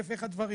אלף ואחד דברים.